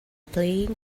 playing